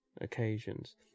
occasions